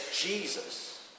Jesus